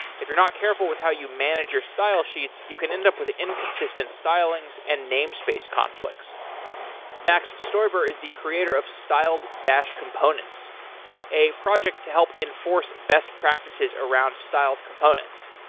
if you're not careful with how you manage your style sheets, you can end up with inconsistent stylings and name space conflicts max stoiber is the creater of styled dash components a project to help enforce best practices around styled components.